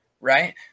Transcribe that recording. right